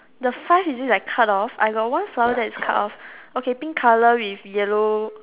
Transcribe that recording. the five is it like cut off I got one flower that is cut off okay pink colour with yellow